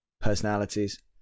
personalities